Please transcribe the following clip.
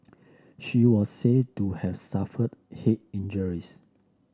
she was said to have suffered head injuries